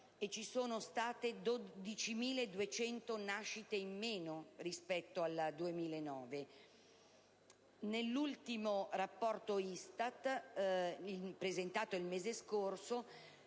e ci sono state 12.200 nascite in meno rispetto al 2009. Nell'ultimo rapporto ISTAT, presentato il mese scorso,